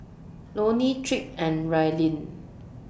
Loney Tripp and Raelynn